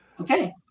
Okay